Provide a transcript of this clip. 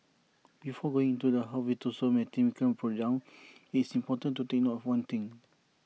before going into her virtuoso mathematical breakdown it's important to take note of one thing